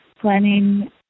planning